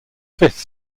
fifth